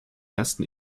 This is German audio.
ersten